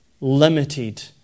limited